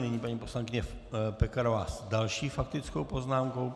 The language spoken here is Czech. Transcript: Nyní paní poslankyně Pekarová s další faktickou poznámkou.